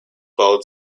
bald